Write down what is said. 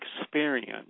experience